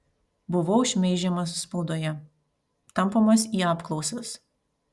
buvau šmeižiamas spaudoje tampomas į apklausas